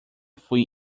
fui